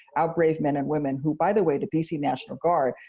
our brave men and women, who, by the way, the d c. national guard,